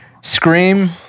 Scream